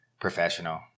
professional